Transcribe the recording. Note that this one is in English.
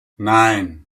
nine